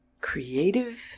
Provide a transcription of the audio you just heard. creative